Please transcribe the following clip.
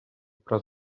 про